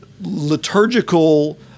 liturgical